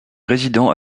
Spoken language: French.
résidents